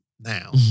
now